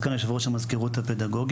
סגן יושב ראש המזכירות הפדגוגית,